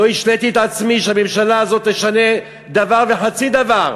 לא השליתי את עצמי שהממשלה הזאת תשנה דבר וחצי דבר,